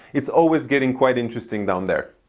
it's always getting quite interesting down there.